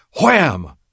Wham